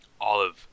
Olive